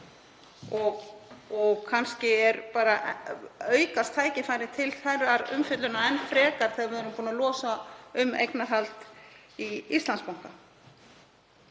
Kannski aukast tækifærin til þeirrar umfjöllunar enn frekar þegar við erum búin að losa um eignarhald í Íslandsbanka.